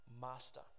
Master